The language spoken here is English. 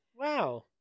wow